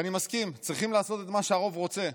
ואני מסכים, צריכים לעשות את מה שהרוב רוצה.